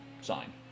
sign